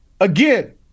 again